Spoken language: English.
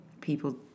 people